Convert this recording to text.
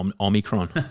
Omicron